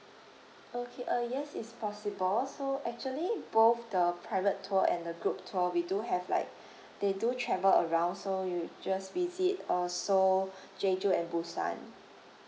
okay uh yes is possible so actually both the private tour and the group tour we do have like they do travel around so you just visit uh seoul jeju and busan